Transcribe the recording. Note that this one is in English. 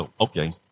Okay